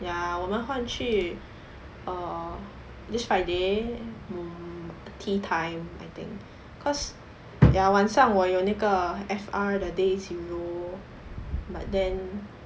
ya 我们换去 err this friday mm tea time I think cause ya 晚上我有那个 F_R the days you know but then